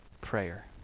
prayer